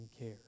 care